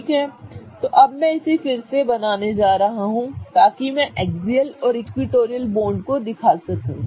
ठीक है तो अब मैं इसे फिर से बनाने जा रहा हूं ताकि मैं एक्सियल और इक्विटोरियल बॉन्ड को दिखा सकूं